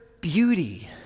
beauty